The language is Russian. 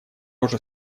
уже